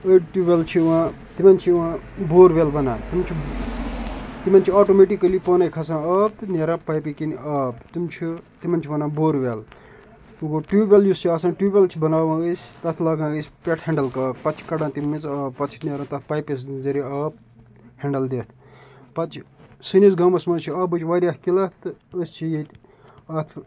أڑۍ tube well چھِ یِوان تِمَن چھِ یِوان بور وٮ۪ل وَنان تِم چھِ تِمَن چھِ آٹومیٹِکٔلی پانَے کھَسان آب تہٕ نیران پایپہِ کِنۍ آب تِم چھِ تِمَن چھِ وَنان بور وٮ۪ل گوٚو ٹیوٗب وٮ۪ل یُس چھُ آسان ٹیوٗب وٮ۪ل چھِ بَناوان أسۍ تَتھ لاگان أسۍ پٮ۪ٹھ ہٮ۪نٛڈَل کاک پَتہٕ چھِ کَڑان تَمۍ مٔنٛزۍ آب پَتہٕ چھِ نیران تَتھ پایپہِ ذٔریہِ آب ہٮ۪نٛڈَل دِتھ پَتہٕ چھِ سٲنِس گامَس منٛز چھِ آبٕچ واریاہ قِلَت تہٕ أسۍ چھِ ییٚتہِ اَتھ